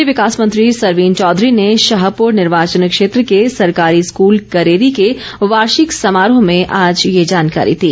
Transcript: शहरी विकास मंत्री सरवीण चौधरी ने शाहपुर निर्वाचन क्षेत्र के सरकारी स्कूल करेरी के वार्षिक समारोह में आज ये जानकारी दी